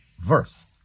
verse